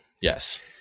Yes